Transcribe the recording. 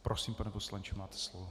Prosím, pane poslanče, máte slovo.